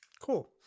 cool